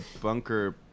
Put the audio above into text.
Bunker